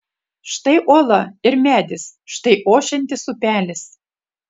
štai uola ir medis štai ošiantis upelis